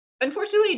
unfortunately